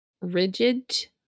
rigid